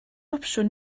opsiwn